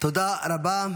תודה רבה.